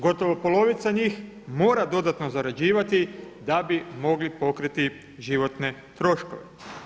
Gotovo polovica njih mora dodatno zarađivati da bi mogli pokriti životne troškove.